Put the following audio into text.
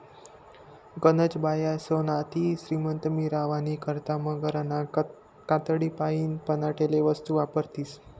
गनज बाया सोतानी श्रीमंती मिरावानी करता मगरना कातडीपाईन बनाडेल वस्तू वापरतीस